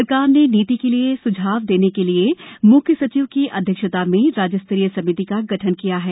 सरकार ने नीति के लिए सुझाव देने के लिये मुख्य सचिव की अध्यक्षता में राज्य स्तरीय समिति का गठन किया है